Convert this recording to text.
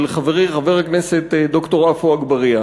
של חברי חבר הכנסת ד"ר עפו אגבאריה,